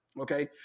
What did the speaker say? okay